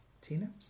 Tina